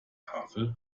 tafel